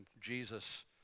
Jesus